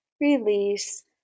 release